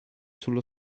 sullo